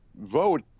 vote